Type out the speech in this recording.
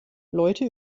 leute